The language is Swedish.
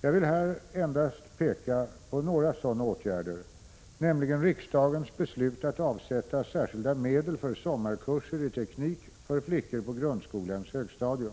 Jag vill här endast peka på några sådana åtgärder, nämligen riksdagens beslut att avsätta särskilda medel för sommarkurser i teknik för flickor på grundskolans högstadium